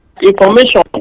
information